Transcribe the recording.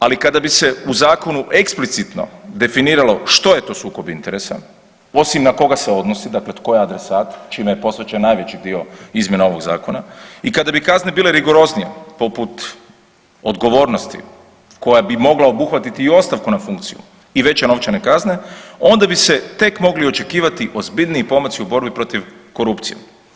Ali, kada bi se u Zakonu eksplicitno definiralo što je to sukob interesa, osim na koga se odnosi, dakle tko je adresat, čime je posvećen najveći dio izmjena ovog Zakona i kada bi kazne bile rigoroznije, poput odgovornosti koja bi mogla obuhvatiti i ostavku na funkciju i veće novčane kazne, onda bi se tek mogli očekivati ozbiljniji pomaci u borbi protiv korupcije.